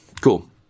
Cool